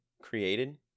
created